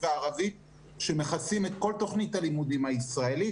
ובערבית שמכסים את כל תוכנית הלימודים הישראלית.